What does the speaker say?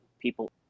people